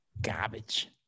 Garbage